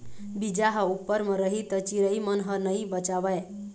बीजा ह उप्पर म रही त चिरई मन ह नइ बचावय